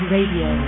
Radio